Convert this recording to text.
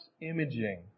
imaging